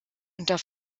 unter